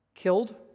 killed